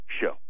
show